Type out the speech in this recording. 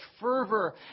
fervor